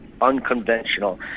unconventional